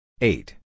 Eight